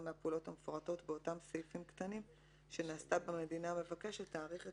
מהפעולות המפורטות באותם סעיפים קטנים שנעשתה במדינה המבקשת תאריך את